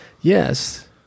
Yes